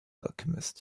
alchemist